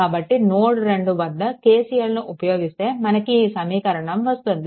కాబట్టి నోడ్ 2 వద్ద KCL ఉపయోగిస్తే మనకి ఈ సమీకరణం వస్తుంది